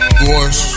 boys